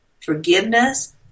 forgiveness